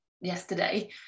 yesterday